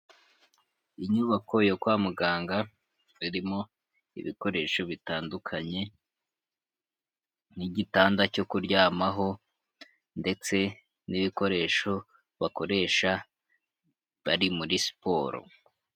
Inyubako yo kwamuganga irimo ibikoresho bitandukanye, n'igitanda cyo kuryamaho ndetse n'ibikoresho bakoresha bari muri siporo.